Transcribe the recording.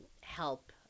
help